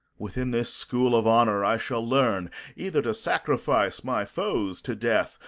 within this school of honor i shall learn either to sacrifice my foes to death,